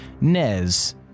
Nez